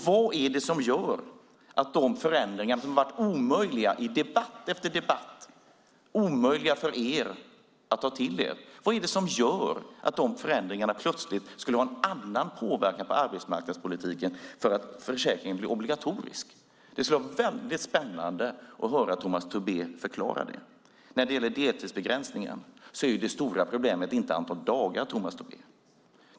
Vad är det som gör att de förändringar som varit omöjliga för er att ta till er i debatt efter debatt plötsligt får en annan påverkan på arbetsmarknadspolitiken för att försäkringen blir obligatorisk? Det skulle vara spännande att höra Tomas Tobé förklara det. När det gäller deltidsbegränsningen är det stora problemet inte antalet dagar.